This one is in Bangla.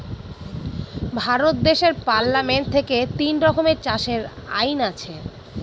ভারত দেশের পার্লামেন্ট থেকে তিন রকমের চাষের আইন আছে